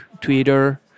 Twitter